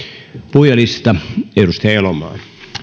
puhujalista edustaja elomaa